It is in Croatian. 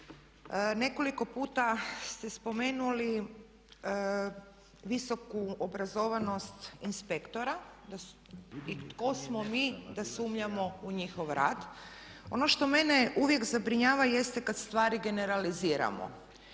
Nekoliko puta ste spomenuli visoku obrazovanost inspektora i tko smo mi da sumnjamo u njihov rad. Ono što mene uvijek zabrinjava jeste kad stvari generaliziramo.